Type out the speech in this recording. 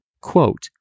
quote